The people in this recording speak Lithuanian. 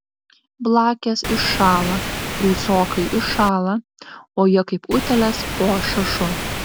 blakės iššąla prūsokai iššąla o jie kaip utėlės po šašu